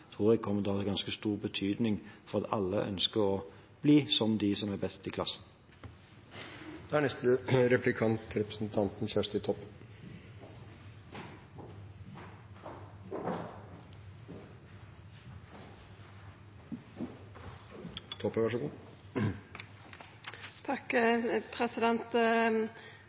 kommer til å få ganske stor betydning, for alle ønsker å bli som de som er best i